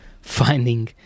finding